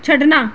ਛੱਡਣਾ